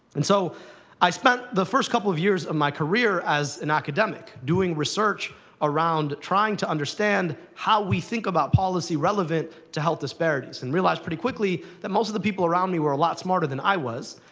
and so i spent the first couple of years of my career as an academic doing research around trying to understand how we think about policy relevant to health disparities, and realized pretty quickly that most of the people around me were a lot smarter than i was,